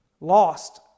lost